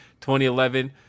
2011